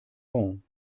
bon